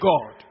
God